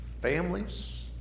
families